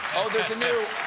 oh, there's a new